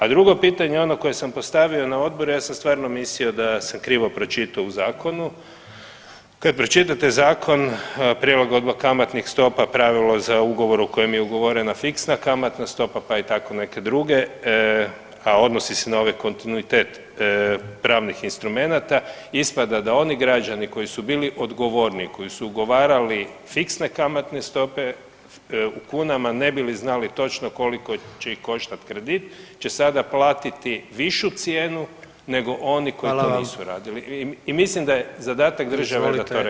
A drugo pitanje ono koje sam postavio na odboru ja sam stvarno mislio da sam krivo pročito u zakonu, kad pročitate zakon prilagodba kamatnih stopa pravilo za ugovor u kojem je ugovorena fiksna kamatna stopa pa i tako neke druge, a odnosi se na ovaj kontinuitet pravnih instrumenata ispada da oni građani koji su bili odgovorniji, koji su ugovarali fiksne kamatne stope u kunama ne bi li znali točno koliko će ih koštat kredite će sada platiti višu cijenu nego oni koji [[Upadica predsjednik: Hvala vam.]] to nisu radili i mislim da je zadatak države da to regulira.